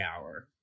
hour